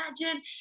imagine